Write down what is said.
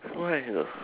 why